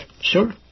Sure